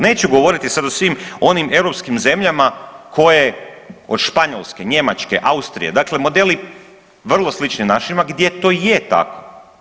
Neću govoriti sada o svim onim europskim zemljama od Španjolske, Njemačke, Austrije dakle modeli vrlo slični našima gdje to je tako.